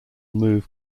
move